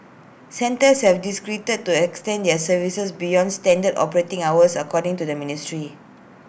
centres have discrete to extend their services beyond standard operating hours according to the ministry